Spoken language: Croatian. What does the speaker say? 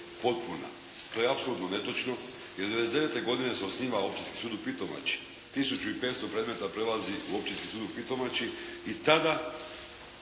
To je apsolutno netočno, jer 99. godine se osniva Općinski sud u Pitomači. 1500 predmeta prelazi u Općinski sud u Pitomači i tada